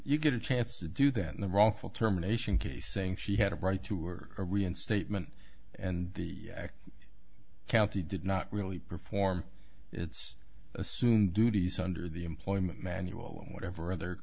you get a chance to do that in the wrongful termination case saying she had a right to or a reinstatement and the county did not really perform its assumed duties under the employment manual and whatever other